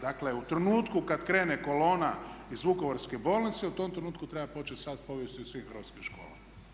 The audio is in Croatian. Dakle, u trenutku kad krene kolona iz Vukovarske bolnice u tom trenutku treba početi sat povijesti u svim hrvatskim školama.